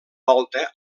volta